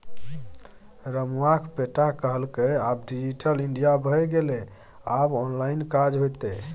रमुआक बेटा कहलकै आब डिजिटल इंडिया भए गेलै आब ऑनलाइन काज हेतै